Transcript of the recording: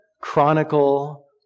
chronicle